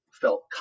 felt